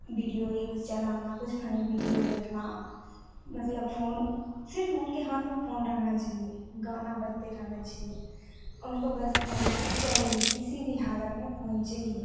video ही कुछ चलाना कुछ फनी विडियो देखना मलतब फ़ोन सिर्फ़ इनके हाथ में फ़ोन रहना चाहिए गाना बजते रहना चाहिए उनको बस फोन चाहिए किसी भी हालत में फोन चाहिए